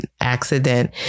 accident